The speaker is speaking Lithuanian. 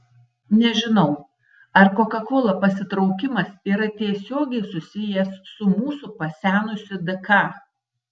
nežinau ar koka kola pasitraukimas yra tiesiogiai susijęs su mūsų pasenusiu dk